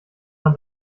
man